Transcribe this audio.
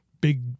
big